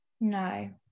no